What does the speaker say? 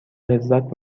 لذت